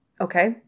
Okay